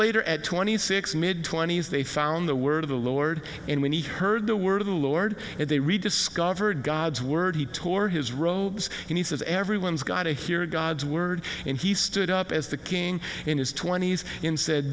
later at twenty six mid twenty's they found the word of the lord and when he heard the word of the lord they rediscovered god's word he tore his robes and he says everyone's got to hear god's word and he stood up as the king in his to when he's in